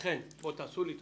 לכן, תעשו לי טובה.